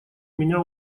меня